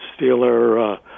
Steeler